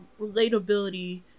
relatability